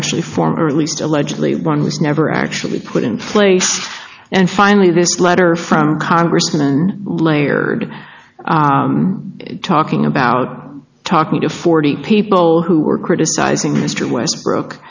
actually former at least allegedly one was never actually put in place and finally this letter from congressman layered talking about talking to forty people who were criticizing mr westbrook